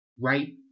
right